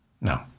no